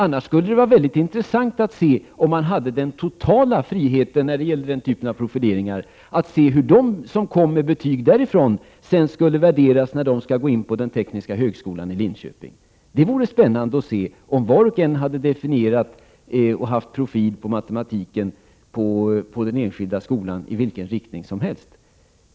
Om det fanns en total frihet i fråga om den typen av profileringar skulle det vara mycket intressant att se hur de som kom med betyg därifrån skulle värderas när de sökte in på den tekniska högskolan i Linköping. Det vore spännande att se, om var och en hade definierat och haft profil på matematiken i vilken riktning som helst i den enskilda skolan.